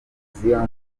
avuga